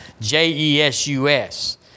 J-E-S-U-S